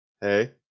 Hey